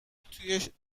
توی